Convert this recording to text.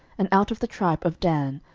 and out of the tribe of dan,